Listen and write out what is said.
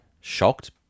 shocked